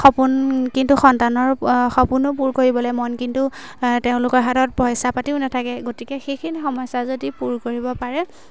সপোন কিন্তু সন্তানৰ সপোনো পূৰ কৰিবলে মন কিন্তু তেওঁলোকৰ হাতত পইচা পাতিও নাথাকে গতিকে সেইখিনি সমস্যা যদি পূৰ কৰিব পাৰে